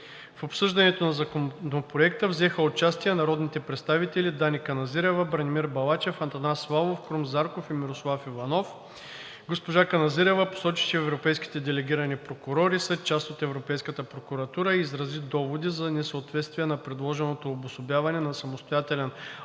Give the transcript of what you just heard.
В обсъждането на законопроекта взеха участие народните представители Дани Каназирева, Бранимир Балачев, Атанас Славов, Крум Зарков и Мирослав Иванов. Госпожа Каназирева посочи, че европейските делегирани прокурори са част от Европейската прокуратура, и изрази доводи за несъответствие на предложеното обособяване на самостоятелен орган